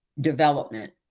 development